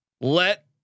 let